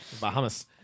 Bahamas